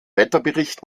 wetterbericht